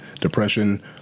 depression